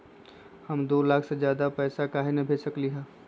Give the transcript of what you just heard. हम दो लाख से ज्यादा पैसा काहे न भेज सकली ह?